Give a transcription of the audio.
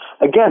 Again